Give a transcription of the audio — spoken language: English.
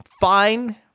fine